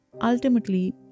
Ultimately